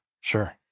Sure